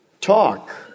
Talk